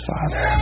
Father